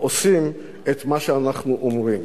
ועושים את מה שאנחנו אומרים.